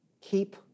keep